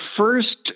first